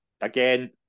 again